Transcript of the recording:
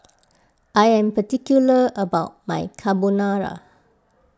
I am particular about my Carbonara